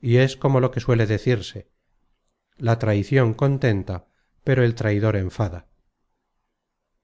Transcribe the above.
y es como lo que suele decirse la traicion contenta pero el traidor enfada